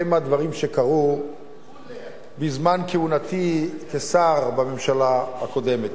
מהדברים שקרו בזמן כהונתי כשר בממשלה הקודמת.